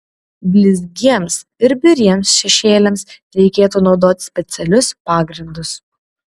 blizgiems ir biriems šešėliams reikėtų naudoti specialius pagrindus